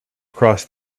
cross